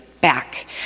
back